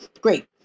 Great